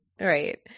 Right